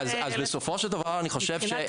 מבחינה תקציבית.